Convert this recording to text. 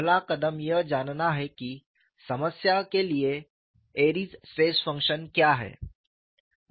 पहला कदम यह जानना है कि समस्या के लिए Airy's stress function Airy's stress function क्या है